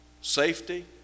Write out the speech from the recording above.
safety